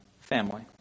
family